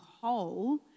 whole